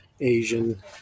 Asian